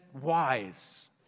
wise